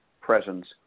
presence